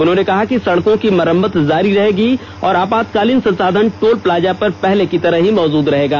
उन्होंने कहा कि सड़कों की मरम्मत जारी रहेगी और आपातकालीन संसाधन टोल प्लाजा पर पहले की तरह मौजूद रहेगा